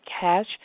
cash